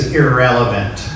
irrelevant